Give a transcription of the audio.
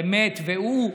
אמת והוא,